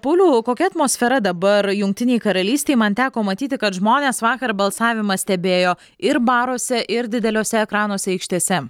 pauliau kokia atmosfera dabar jungtinėj karalystėj man teko matyti kad žmonės vakar balsavimą stebėjo ir baruose ir dideliuose ekranuose aikštėse